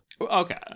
Okay